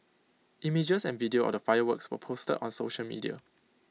images and video of the fireworks were posted on social media